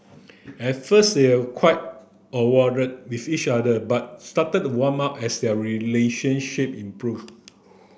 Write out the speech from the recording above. at first they were quite awkward with each other but started to warm up as their relationship improved